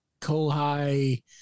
Kohai